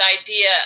idea